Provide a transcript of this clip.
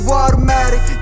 automatic